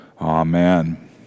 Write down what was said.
Amen